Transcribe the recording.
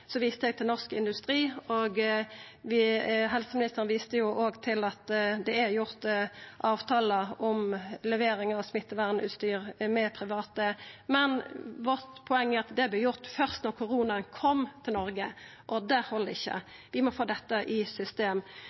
eg til Norsk Industri, og helseministeren viste til at det er gjort avtalar med private om levering av smittevernutstyr . Men poenget vårt er at det vart gjort først då koronaen kom til Noreg, og det held ikkje. Vi må få dette i system.